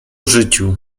życiu